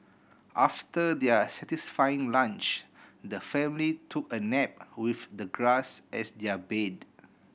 after their satisfying lunch the family took a nap with the grass as their bed